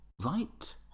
right